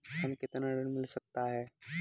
हमें कितना ऋण मिल सकता है?